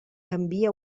canvia